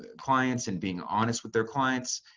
ah clients and being honest with their clients.